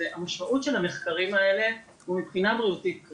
המשמעות של המחקרים האלה הוא מבחינה בריאותית.